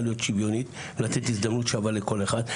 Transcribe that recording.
להיות שוויונית ולתת הזדמנות שווה לכל אחד,